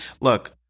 look